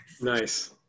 Nice